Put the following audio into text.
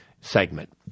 segment